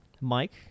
mike